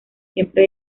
siempre